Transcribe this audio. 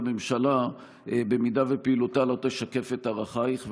הממשלה אם פעילותה לא תשקף את ערכייך,